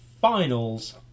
finals